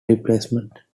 replacement